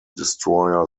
destroyer